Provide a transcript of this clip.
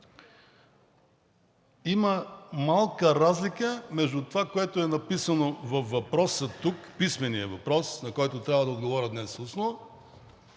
има малка разлика между това, което е написано в писмения въпрос, на който трябва да отговоря днес устно,